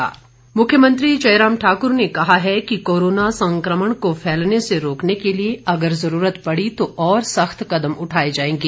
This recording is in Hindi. निर्देश मुख्यमंत्री जयराम ठाकुर ने कहा है कि कोरोना संकमण को फैलने से रोकने के लिए अगर जरूरत पड़ी तो और सख्त कदम उठाएं जाएंगे